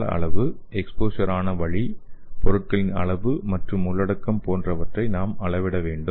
கால அளவு எக்ஸ்போசர் ஆன வழி பொருளின் அளவு மற்றும் உள்ளடக்கம் போன்றவற்றை நாம் அளவிட வேண்டும்